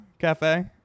cafe